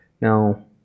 Now